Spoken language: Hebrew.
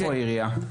איפה העירייה?